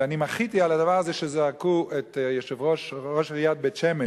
ואני מחיתי על הדבר הזה שזרקו את ראש עיריית בית-שמש